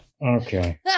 Okay